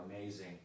amazing